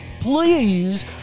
please